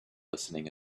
listening